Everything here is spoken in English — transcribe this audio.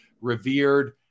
revered